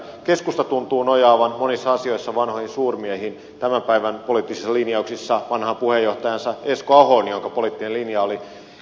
keskusta tuntuu nojaavan monissa asioissa vanhoihin suurmiehiin tämän päivän poliittisissa linjauksissa vanhaan puheenjohtajaansa esko ahoon jonka poliittinen linja oli